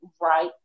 right